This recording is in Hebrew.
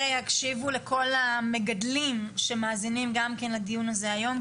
הרי הקשיבו לכל המגדלים שמאזינים גם כן לדיון הזה היום,